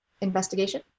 investigation